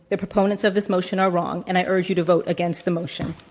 the proponents of this motion are wrong, and i urge you to vote against the motion.